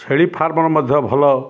ଛେଳି ଫାର୍ମର ମଧ୍ୟ ଭଲ